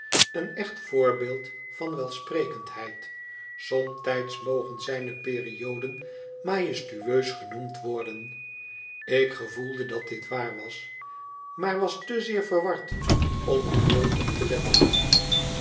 een echt voorbeeld van welsprekendheid somtijds mogen zijne perioden majestueus genoemd worden ik gevoelde dat dit waar was maar was te zeer verward om er veel op te letten